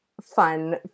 fun